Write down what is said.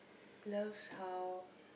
love how